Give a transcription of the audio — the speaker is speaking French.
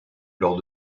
lors